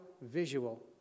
visual